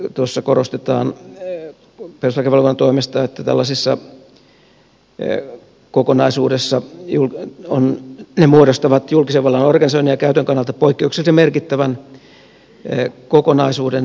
tuossa korostetaan perustuslakivaliokunnan toimesta että tällaisessa kokonaisuudessa nämä lakiuudistushankkeet muodostavat julkisen vallan organisoinnin ja käytön kannalta poikkeuksellisen merkittävän kokonaisuuden